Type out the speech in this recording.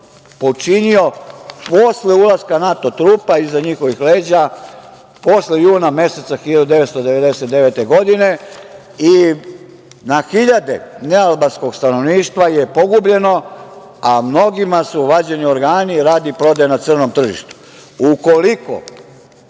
počinio posle ulaska NATO trupa iza njihovih leđa, posle juna meseca 1999. godine i na hiljade nealbanskog stanovništva je pogubljeno, a mnogima su vađeni organi radi prodaje na crnom tržištu. Ukoliko